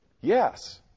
yes